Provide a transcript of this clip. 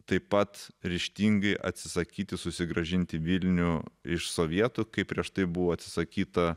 taip pat ryžtingai atsisakyti susigrąžinti vilnių iš sovietų kaip prieš tai buvo atsisakyta